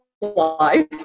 life